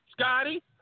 Scotty